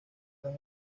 las